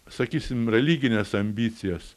sakysim religines ambicijas